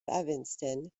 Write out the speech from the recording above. evanston